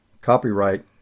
Copyright